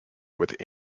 with